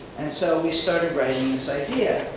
and so we started writing this idea.